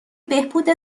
بهبود